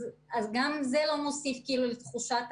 גם זה לא מוסיף לתחושת